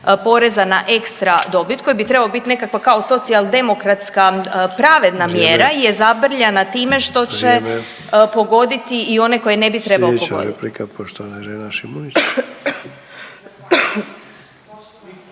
poreza na ekstra dobit, koji bi trebao biti nekakva kao socijal-demokratska pravedna mjera je zabrljena .../Upadica: Vrijeme./... time što će pogoditi i one koji ne bi trebao pogoditi.